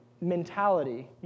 mentality